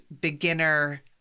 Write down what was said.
beginner